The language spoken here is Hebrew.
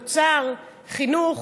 אוצר וחינוך,